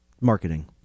Marketing